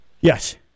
yes